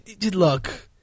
Look